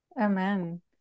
Amen